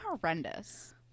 horrendous